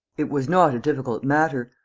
it was not a difficult matter,